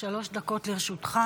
שלוש דקות לרשותך.